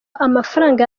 amafaranga